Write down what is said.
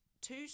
two